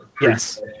Yes